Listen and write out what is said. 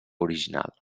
original